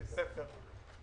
בתי ספר.